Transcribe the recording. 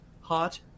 Hot